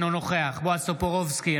אינו נוכח בועז טופורובסקי,